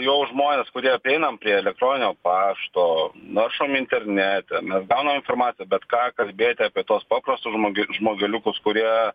jau žmonės kurie apeinam prie elektroninio pašto naršom internete mes gaunam informaciją bet ką kalbėti apie tuos paprastus žmoge žmogeliukus kurie